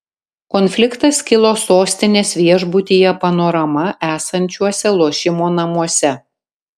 konfliktas kilo sostinės viešbutyje panorama esančiuose lošimo namuose